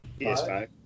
PS5